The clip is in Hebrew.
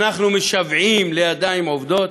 אנחנו משוועים לידיים עובדות,